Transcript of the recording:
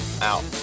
Out